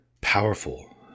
powerful